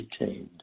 retained